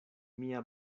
mia